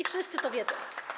Wszyscy to wiedzą.